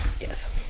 Yes